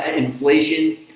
and inflation.